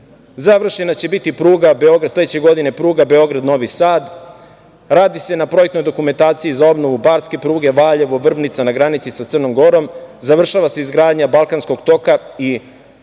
Završena će biti sledeće godina pruga Beograd – Novi Sad. Radi se na projektnoj dokumentaciji za obnovu barske pruge, Valjevo – Vrbnica na granici sa Crnom Gorom. Završava se izgradnja Balkanskog toka i biće